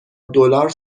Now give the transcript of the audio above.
دلار